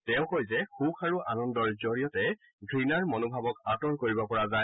তেওঁ কয় যে সূখ আৰু আনন্দৰ জৰিয়তে ঘৃণাৰ মনোভাৱক আঁতৰ কৰিব পৰা যায়